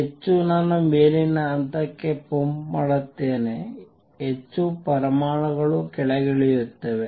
ಹೆಚ್ಚು ನಾನು ಮೇಲಿನ ಹಂತಕ್ಕೆ ಪಂಪ್ ಮಾಡುತ್ತೇನೆ ಹೆಚ್ಚು ಪರಮಾಣುಗಳು ಕೆಳಗಿಳಿಯುತ್ತವೆ